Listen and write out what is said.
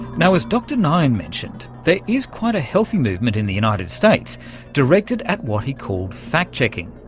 now, as dr nyhan mentioned, there is quite a healthy movement in the united states directed at what he called fact-checking.